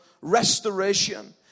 restoration